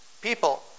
People